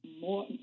more